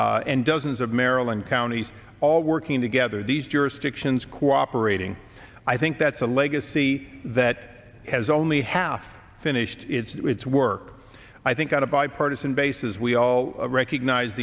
and dozens of maryland counties all working together these jurisdictions cooperating i think that's a legacy that has only half finished its work i think out a bipartisan basis we all recognize